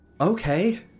Okay